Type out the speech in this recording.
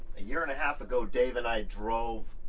a year and a half ago, dave and i drove